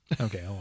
okay